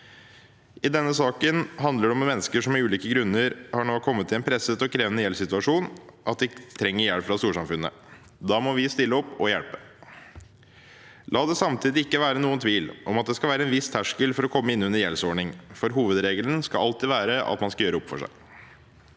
I denne saken handler det om mennesker som av ulike grunner nå har kommet i en så presset og krevende gjeldssituasjon at de trenger hjelp fra storsamfunnet. Da må vi stille opp og hjelpe. La det samtidig ikke være noen tvil om at det skal være en viss terskel for å komme inn under gjeldsordning, for hovedregelen skal alltid være at man skal gjøre opp for seg.